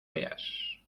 feas